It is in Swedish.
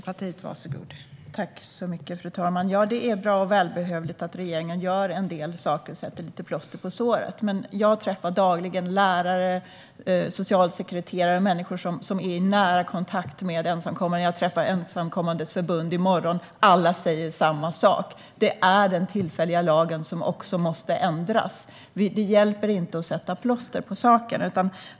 Fru talman! Det är bra och välbehövligt att regeringen gör en del saker och sätter lite plåster på såren. Men jag träffar dagligen lärare, socialsekreterare och andra människor som är i nära kontakt med ensamkommande. Jag ska träffa Ensamkommandes förbund i morgon. Alla säger samma sak: Det är den tillfälliga lagen som måste ändras. Det hjälper inte att sätta plåster på såren.